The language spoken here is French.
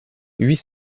huit